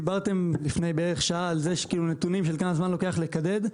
דיברתם לפני בערך שעה על נתונים של כמה לוקח לקדד,